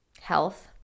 health